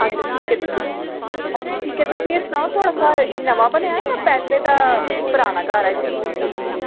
अच्छा ठीक ऐ अच्छा ठीक ऐ तुस एह् सनाओ थुआढ़ा एह् घर नमां बनेआ जां पैह्ले दा मतलब कि पराना घर ऐ जित्थै तुस